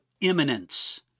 imminence